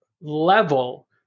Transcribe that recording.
level